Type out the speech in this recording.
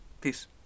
Peace